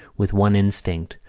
with one instinct,